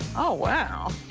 oh, wow.